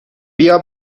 بیا